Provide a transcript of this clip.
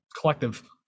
collective